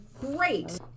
Great